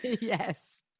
Yes